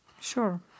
Sure